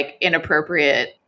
inappropriate